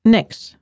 Next